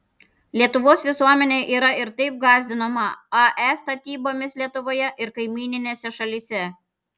lietuvos visuomenė yra ir taip gąsdinama ae statybomis lietuvoje ir kaimyninėse šalyse